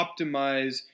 optimize